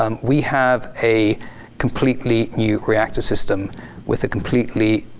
um we have a completely new reactor system with a completely,